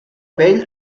pell